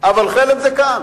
אבל חלם זה כאן.